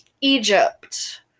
Egypt